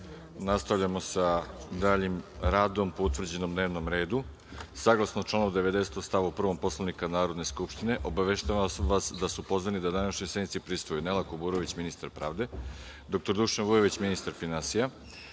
nastavljamo sa daljim radom po utvrđenom dnevnom redu. Saglasno članu 90. stav 1. Poslovnika Narodne skupštine, obaveštavam vas da su pozvani da današnjoj sednici prisustvuju Nela Kuburović, ministar pravde, dr Dušan Vujović, ministar finansija,